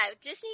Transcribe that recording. Disney